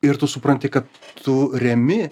ir tu supranti kad tu remi